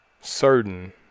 certain